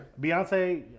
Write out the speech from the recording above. Beyonce